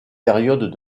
périodes